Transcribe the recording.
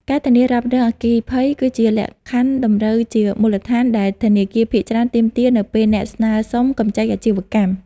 ការធានារ៉ាប់រងអគ្គិភ័យ គឺជាលក្ខខណ្ឌតម្រូវជាមូលដ្ឋានដែលធនាគារភាគច្រើនទាមទារ នៅពេលអ្នកស្នើសុំកម្ចីអាជីវកម្ម។